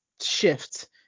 shift